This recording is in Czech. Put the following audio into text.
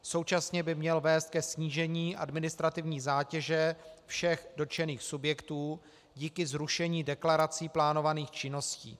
Současně by měl vést ke snížení administrativní zátěže všech dotčených subjektů díky zrušení deklarací plánovaných činností.